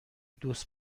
دوست